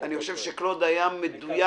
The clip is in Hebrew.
אני חושב שקלוד אברהים היה מדויק,